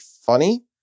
funny